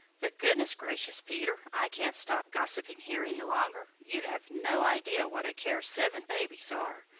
but goodness gracious, peter, i can't stop gossiping here any longer. you have no idea what a care seven babies are.